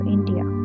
India